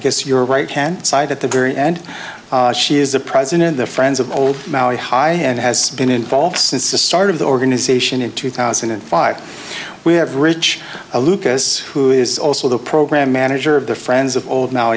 guess your right hand side at the very end she is the president of the friends of old maui high and has been involved since the start of the organization in two thousand and five we have rich lucas who is also the program manager of the friends of old now